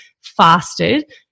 fasted